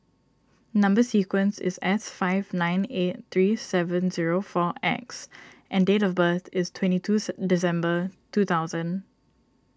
Number Sequence is S five nine eight three seven zero four X and date of birth is twenty two December two thousand